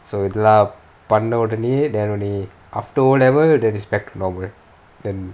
so இதல்லாம் பண்ண ஒடனே:ithalaam panna odanae then only after O level then it's back to normal then